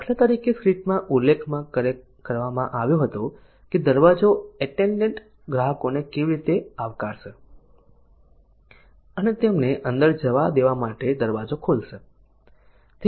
દાખલા તરીકે સ્ક્રિપ્ટમાં ઉલ્લેખ કરવામાં આવ્યો હતો કે દરવાજો એટેન્ડન્ટ ગ્રાહકોને કેવી રીતે આવકારશે અને તેમને અંદર જવા દેવા માટે દરવાજો ખોલશે